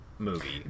movie